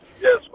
Yes